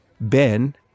Ben